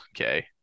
Okay